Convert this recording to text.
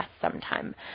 sometime